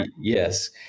Yes